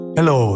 Hello